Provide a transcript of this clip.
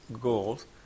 goals